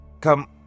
Come